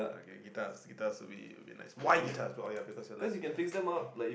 guitars guitars will be will be nice why guitars oh ya because you like guitars